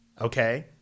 okay